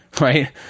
right